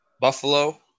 Buffalo